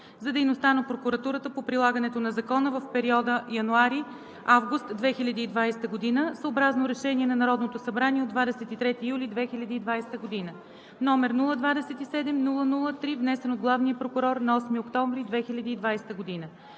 за дейността на Прокуратурата по прилагането на закона в периода януари – август 2020 г., съобразно решение на Народното събрание от 23 юли 2020 г., № 027-00-3, внесен от главния прокурор на 8 октомври 2020 г.